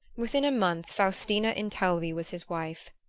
within a month faustina intelvi was his wife.